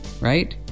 right